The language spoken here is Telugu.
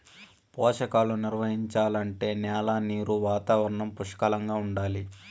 పోషకాలు నిర్వహించాలంటే న్యాల నీరు వాతావరణం పుష్కలంగా ఉండాలి